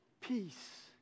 Peace